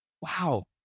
Wow